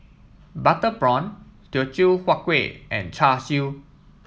Butter Prawn Teochew Huat Kueh and Char Siu